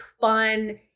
fun